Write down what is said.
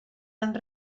amb